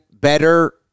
better